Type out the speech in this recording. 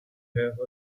have